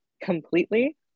completely